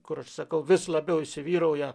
kur aš sakau vis labiau įsivyrauja